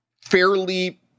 fairly